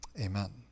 amen